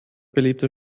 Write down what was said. beliebte